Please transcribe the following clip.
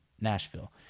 Nashville